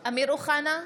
(קוראת בשמות חברי הכנסת) אמיר אוחנה,